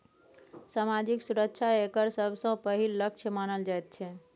सामाजिक सुरक्षा एकर सबसँ पहिल लक्ष्य मानल जाइत छै